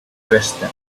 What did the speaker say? dresden